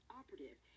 operative